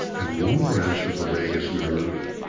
and one branch of the vagus nerve,